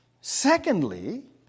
Secondly